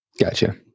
Gotcha